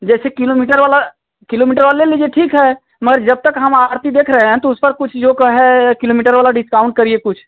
जैसे किलोमीटर वाला किलोमीटर वाला ले लीजिए ठीक है मगर जब तक हम आरती देख रहे हैं तो उस पर कुछ यो कहे किलोमीटर वाला डिस्काउंट करिए कुछ